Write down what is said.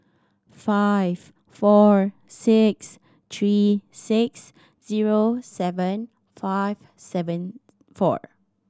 five four six three six zero seven five seven four